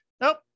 nope